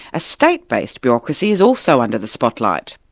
a state-based bureaucracy is also under the spotlight.